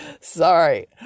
Sorry